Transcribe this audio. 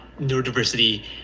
neurodiversity